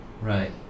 Right